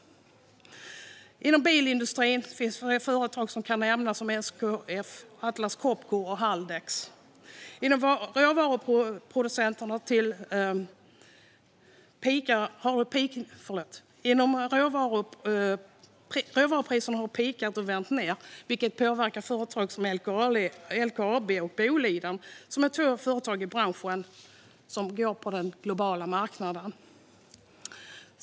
Inom bilindustrin kan företag som SKF, Atlas Copco och Haldex nämnas. Råvarupriserna har peakat och vänt nedåt, vilket påverkar företag som LKAB och Boliden, två företag på den globala marknaden.